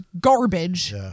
garbage